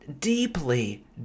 deeply